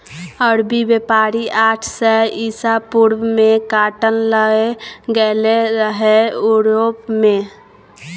अरबी बेपारी आठ सय इसा पूर्व मे काँटन लए गेलै रहय युरोप मे